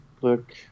Look